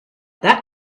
that